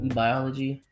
biology